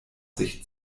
sich